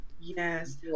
Yes